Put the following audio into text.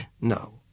No